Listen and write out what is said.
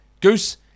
Goose